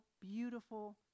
beautiful